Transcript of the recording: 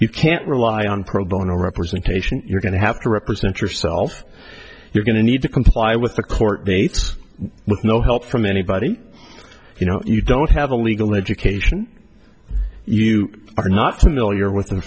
you can't rely on pro bono representation you're going to have to represent yourself you're going to need to comply with the court dates with no help from anybody you know you don't have a legal education you are not familiar with the